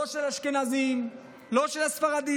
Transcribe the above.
לא של אשכנזים, לא של ספרדים.